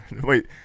Wait